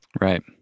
Right